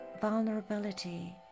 vulnerability